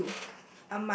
you